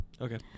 Okay